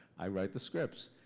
i write the scripts,